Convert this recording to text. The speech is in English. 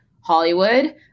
Hollywood